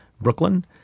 Brooklyn